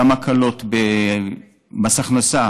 גם במס הכנסה,